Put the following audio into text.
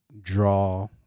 draw